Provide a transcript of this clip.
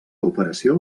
operació